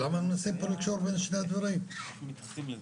למה שר הבריאות, למה אתה אומר,